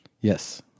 Yes